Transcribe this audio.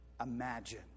imagine